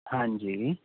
ਹਾਂਜੀ